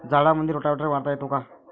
झाडामंदी रोटावेटर मारता येतो काय?